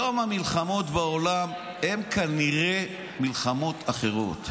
היום המלחמות בעולם הן כנראה מלחמות אחרות.